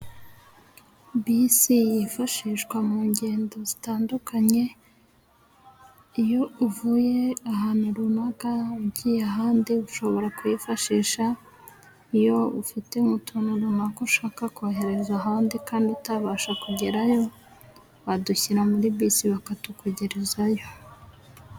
Bisi yifashishwa mu ngendo zitandukanye ,iyo uvuye ahantu runaka ugiye ahandi, ushobora kuyifashisha. Iyo ufite utuntu runaka ushaka kohereza ahandi kandi utabasha kugerayo ,wadushyira muri bisi bakatukugerezayo.